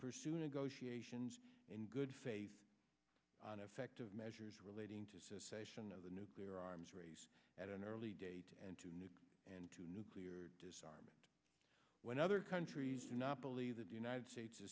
pursue negotiations in good faith on effective measures relating to cessation of the nuclear arms race at an early date and two new and two nuclear disarmament when other countries do not believe that the united states is